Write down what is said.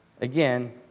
Again